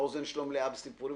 האוזן שלו מלאה בסיפורים,